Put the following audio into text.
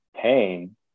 pain